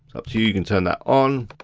up to you, you can turn that on.